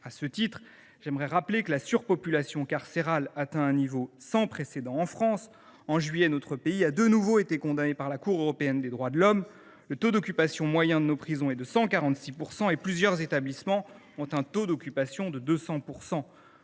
de la réinsertion. Je rappelle que la surpopulation carcérale atteint un niveau sans précédent en France. En juillet, notre pays a de nouveau été condamné par la Cour européenne des droits de l’homme (CEDH). Le taux d’occupation moyen de nos prisons s’établit à 146 %, et plusieurs établissements ont un taux d’occupation de 200